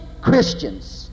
Christians